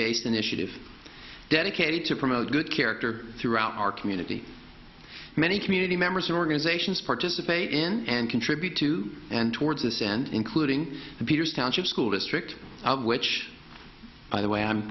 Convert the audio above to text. based initiative dedicated to promote good character throughout our community many community members and organizations participate in and contribute to and towards this end including peters township school district of which by the way i'm